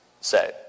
say